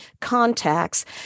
contacts